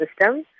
system